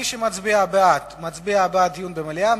מי שמצביע בעד, מצביע בעד דיון במליאה.